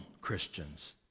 Christians